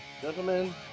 Gentlemen